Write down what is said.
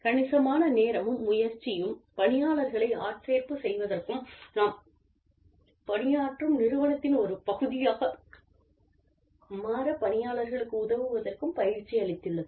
கணிசமான நேரமும் முயற்சியும் பணியாளர்களை ஆட்சேர்ப்பு செய்வதற்கும் நாம் பணியாற்றும் நிறுவனத்தின் ஒரு பகுதியாக மாற பணியாளர்களுக்கு உதவுவதற்கும் பயிற்சி அளித்துள்ளது